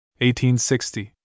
1860